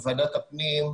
לוועדת הפנים,